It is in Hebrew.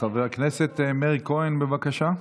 חבר הכנסת מאיר כהן, בבקשה.